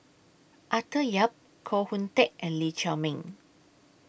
Arthur Yap Koh Hoon Teck and Lee Chiaw Meng